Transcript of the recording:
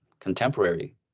contemporary